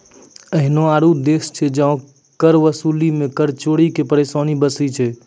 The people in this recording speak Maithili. एहनो आरु देश छै जहां कर वसूलै मे कर चोरी के परेशानी बेसी छै